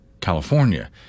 California